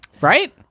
Right